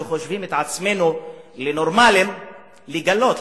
שחושבים את עצמנו לנורמלים לגלות,